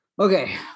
Okay